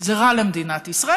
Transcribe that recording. זה רע למדינת ישראל.